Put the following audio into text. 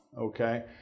okay